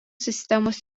sistemos